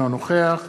אינו נוכח